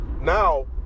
now